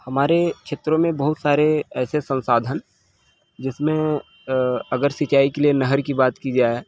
हमारे क्षेत्रों में बहुत सारे ऐसे संसाधन जिसमें अगर सिंचाई के लिए नहर की बात की जाए